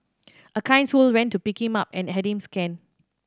a kind soul went to pick him up and had him scanned